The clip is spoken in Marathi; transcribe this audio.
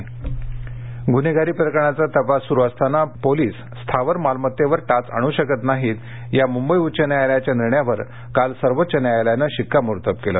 टाच गुन्हेगारी प्रकरणाचा तपास सुरू असताना पोलीस स्थावर मालमत्तेवर टाच आणू शकत नाहीत या मुंबई उच्च न्यायालयाच्या निर्णयावर काल सर्वोच्च न्यायालयानं शिक्कामोर्तब केलं